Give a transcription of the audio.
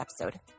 episode